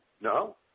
No